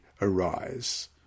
arise